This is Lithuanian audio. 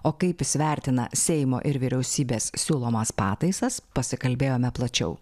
o kaip jis vertina seimo ir vyriausybės siūlomas pataisas pasikalbėjome plačiau